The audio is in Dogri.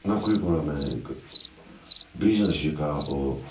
नौकरी कोला में इक बिजनेस जेह्का ओह्